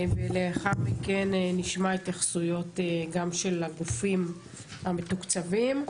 לאחר דבריך נשמע התייחסויות של הגופים המתוקצבים.